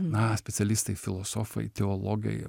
na specialistai filosofai teologai